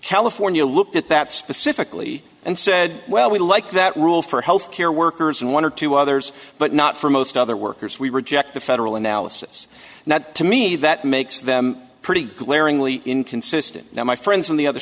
california looked at that specifically and said well we like that rule for healthcare workers and one or two others but not for most other workers we reject the federal analysis and that to me that makes them pretty glaringly inconsistent now my friends on the other